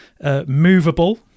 movable